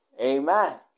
Amen